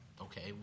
okay